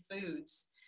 foods